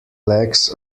legs